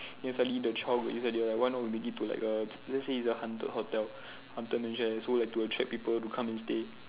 then suddenly the child go inside they like why not we make it to like a let's say it's a haunted hotel haunted mansion so like to attract people to come and stay